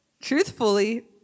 Truthfully